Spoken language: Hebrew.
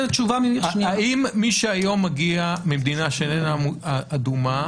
האם מי שהיום מגיע ממדינה שאיננה אדומה